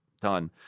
done